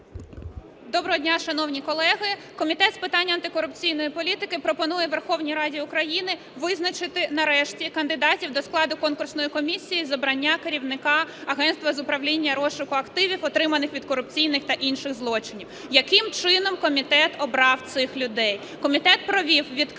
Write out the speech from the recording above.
Доброго дня, шановні колеги! Комітет з питань антикорупційної політики пропонує Верховній Раді України визначити нарешті кандидатів до складу конкурсної комісії з обрання керівника Агентства управління, розшуку активів, отриманих від корупційних та інших злочинів. Яким чином комітет обрав цих людей? Комітет провів відкритий